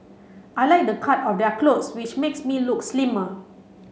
I like the cut of their clothes which makes me look slimmer